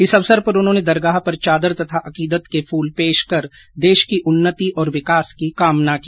इस अवसर पर उन्होंने दरगाह पर चादर तथा अकीदत की फूल पेश कर देश की उन्नति और विकास की कामना की